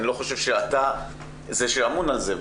אני לא חושב שאתה זה שאמון על זה,